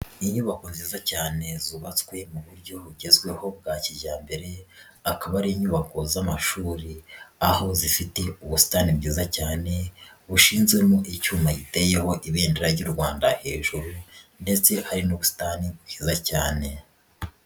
Inyubako nziza cyane zubakwe mu buryo bugezweho bwa kijyambere, akaba ari inyubako z'amashuri, aho zifite ubusitani bwiza cyane, bushinzwemo icyuma giteyeho ibendera ry'u Rwanda hejuru ndetse hari n'ubutani bwiza cyane.